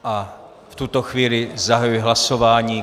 V tuto chvíli zahajuji hlasování.